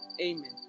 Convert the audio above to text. Amen